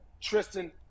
Tristan